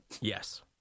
Yes